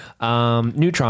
Neutron